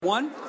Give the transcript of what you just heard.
one